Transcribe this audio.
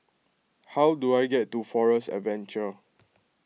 how do I get to Forest Adventure